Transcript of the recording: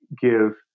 give